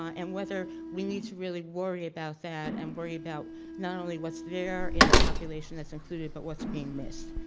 um and whether we need to really worry about and worry about not only what's there in the population that's included but what's being missed.